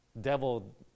Devil